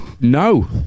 No